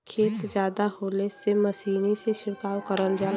खेत जादा होले से मसीनी से छिड़काव करल जाला